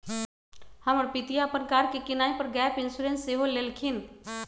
हमर पितिया अप्पन कार के किनाइ पर गैप इंश्योरेंस सेहो लेलखिन्ह्